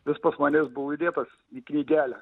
vis buvo įdėtas į knygelę